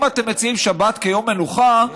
אם אתם מציעים שבת כיום מנוחה,